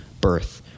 birth